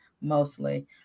mostly